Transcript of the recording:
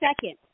second